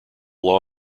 law